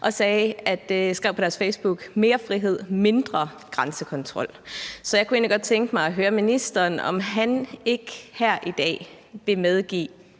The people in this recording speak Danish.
og skrev på Facebook: Mere frihed, mindre grænsekontrol. Så jeg kunne egentlig godt tænke mig at høre ministeren, om han ikke her i dag vil medgive,